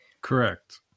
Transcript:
Correct